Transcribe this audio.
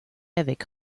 avec